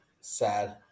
Sad